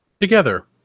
together